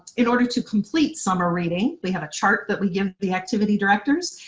in order to complete summer reading we have a chart that we give the activity directors.